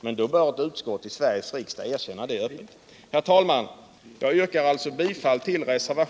I så fall bör ett utskott i Sveriges riksdag erkänna det öppet.